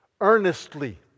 earnestly